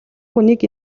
хүнийг